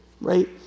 right